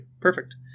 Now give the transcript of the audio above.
Perfect